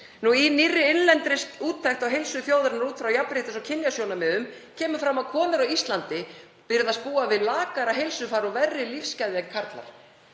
Í nýrri innlendri úttekt á heilsu þjóðarinnar út frá jafnréttis- og kynjasjónarmiðum kemur fram að konur á Íslandi virðast búa við lakara heilsufar og verri lífsgæði en karlar.